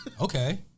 Okay